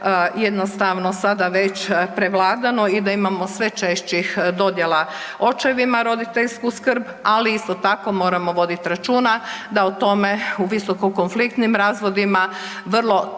jednostavno sada već prevladano i da imamo sve češćih dodjela očevima roditeljsku skrb, ali isto tako moramo vodit računa da o tome u visoko konfliktnim razvodima vrlo teško